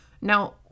Now